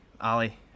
Ali